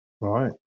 Right